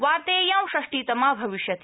वार्तेयं षष्ठीतमा भविष्यति